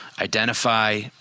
identify